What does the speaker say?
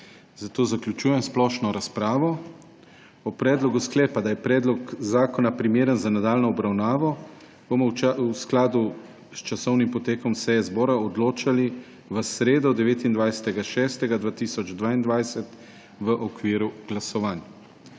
zato zaključujem splošno razpravo. O predlogu sklepa, da je predlog zakona primeren za nadaljnjo obravnavo, bomo v skladu s časovnim potekom seje zbora odločali v sredo, 29. 6. 2022, v okviru glasovanj.